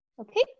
okay